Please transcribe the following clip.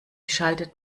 schaltet